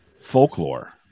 folklore